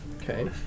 Okay